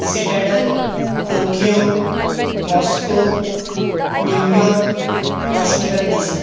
seattle Tokyo Moscow New York Washington DC